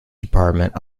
department